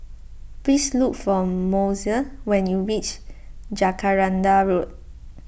please look for Mose when you reach Jacaranda Road